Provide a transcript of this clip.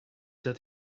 that